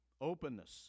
openness